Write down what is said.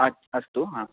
अस्तु